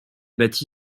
bâti